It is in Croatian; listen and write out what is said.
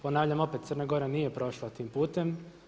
Ponavljam opet, Crna Gora nije prošla tim putem.